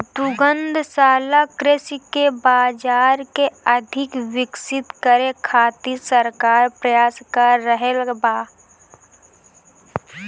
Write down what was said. दुग्धशाला कृषि के बाजार के अधिक विकसित करे खातिर सरकार प्रयास क रहल बा